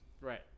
Right